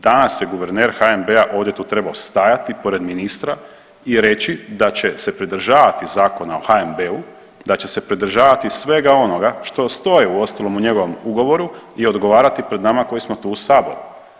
Danas je guverner HNB-a ovdje tu trebao stajati pored ministra i reći da će se pridržavati Zakona o HNB-u, da će se pridržavati svega onoga što stoje uostalom u njegovom ugovoru i odgovarati pred nama koji smo tu u Saboru.